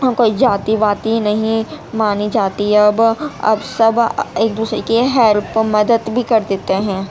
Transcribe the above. اور کوئی جاتی واتی نہیں مانی جاتی ہے اب اب سب ایک دوسرے کی ہیلپ مدد بھی کر دیتے ہیں